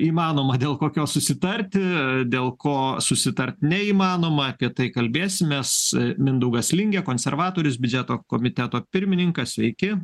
įmanoma dėl kokios susitarti dėl ko susitart neįmanoma apie tai kalbėsimės mindaugas lingė konservatorius biudžeto komiteto pirmininkas sveiki